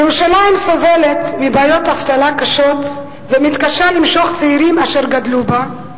ירושלים סובלת מבעיות אבטלה קשות ומתקשה למשוך צעירים אשר גדלו בה,